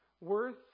worth